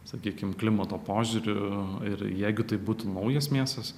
sakykim klimato požiūriu ir jeigu tai būtų naujas miestas